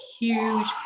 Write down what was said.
huge